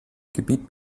gebiet